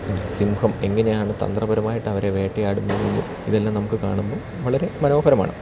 പിന്നെ സിംഹം എങ്ങനെയാണ് തന്ത്രപരമായിട്ട് അവരെ വേട്ടയാടുന്നുതും ഇതെല്ലാം നമുക്ക് കാണുമ്പോൾ വളരെ മനോഹരമാണ്